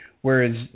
whereas